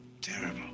terrible